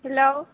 hello